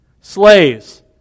Slaves